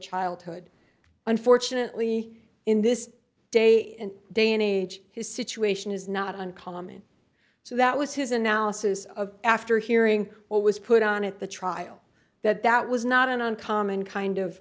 childhood unfortunately in this day and day and age his situation is not uncommon so that was his analysis of after hearing what was put on at the trial that that was not an uncommon kind of